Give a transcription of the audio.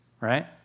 right